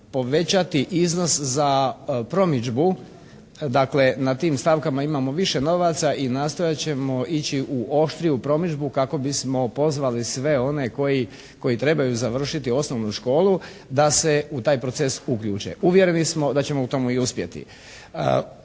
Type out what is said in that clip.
povećati iznos za promidžbu, dakle na tim stavkama imamo više novaca i nastojat ćemo ići u oštriju promidžbu kako bismo pozvali sve one koji trebaju završiti osnovnu školu da se u taj proces uključe. Uvjereni smo da ćemo u tomu i uspjeti.